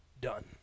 done